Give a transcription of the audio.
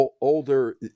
older